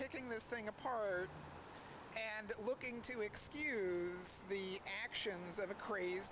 picking this thing apart and looking to excuse the actions of a craz